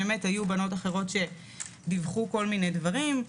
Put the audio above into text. באמת היו בנות אחרות שדיווחו כל מיני דברים,